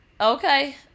Okay